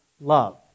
love